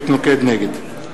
נגד לאה נס,